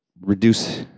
reduce